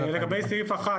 זה לגבי סעיף 1,